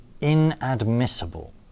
inadmissible